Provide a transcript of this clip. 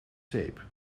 zeep